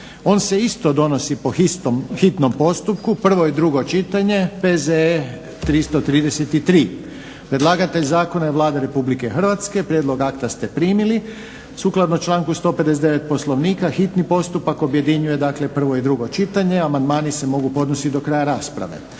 unutarnjih voda, hitni postupak, prvo i drugo čitanje, P.Z.E. br. 333; Predlagatelj zakona je Vlada Republike Hrvatske. Prijedlog akta ste primili. Sukladno članku 159. Poslovnika hitni postupak objedinjuje dakle prvo i drugo čitanje. Amandmani se mogu podnositi do kraja rasprave.